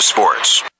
Sports